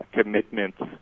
commitments